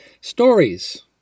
Stories